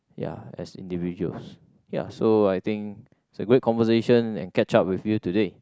ya as individuals ya so I think it's a great conversation and catch up with you today